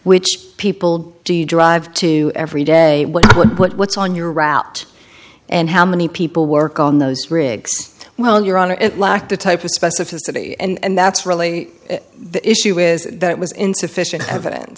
which people do you drive to every day with what's on your route and how many people work on those rigs well your honor it lacked the type of specificity and that's really the issue with that was insufficient evidence